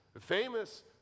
famous